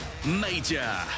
major